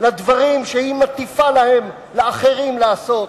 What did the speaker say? לדברים שהיא מטיפה להם, לאחרים, לעשות.